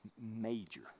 major